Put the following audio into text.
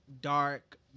dark